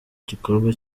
gikorwa